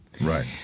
Right